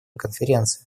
конференции